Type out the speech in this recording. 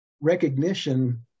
recognition